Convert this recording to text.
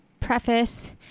preface